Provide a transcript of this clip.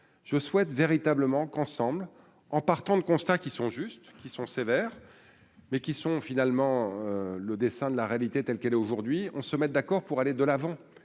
je souhaite véritablement qu'ensemble, en partant de constats qui sont juste qui sont sévères mais qui sont, finalement, le dessin de la réalité telle qu'elle est aujourd'hui, on se mette d'accord pour aller de l'avant,